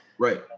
Right